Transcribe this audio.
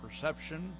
perception